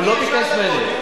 הוא לא ביקש ממני.